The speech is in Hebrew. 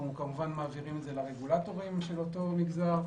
אנחנו כמובן מעבירים את זה לרגולטורים של אותו מגזר.